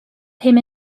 him